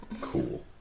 Cool